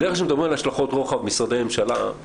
בדרך-כלל שמדברים במשרדי ממשלה על השלכות רוחב,